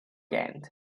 end